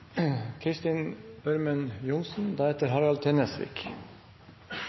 Kristin Ørmen Johnsen